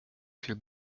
viel